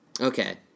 Okay